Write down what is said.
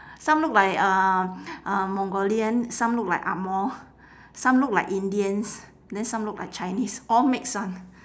some look like uh uh mongolian some look like angmoh some look like indians then some look like chinese all mix [one]